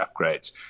upgrades